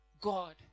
God